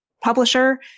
publisher